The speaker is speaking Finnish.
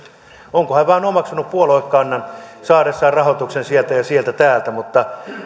onko hän vain omaksunut puoluekannan saadessaan rahoituksen sieltä ja sieltä täältä mutta